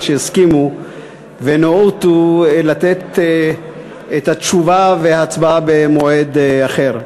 שהסכימו וניאותו לתת את התשובה וההצבעה במועד אחר.